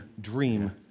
dream